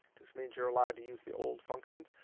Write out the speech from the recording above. just means you're allowed to use the old functions.